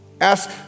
Ask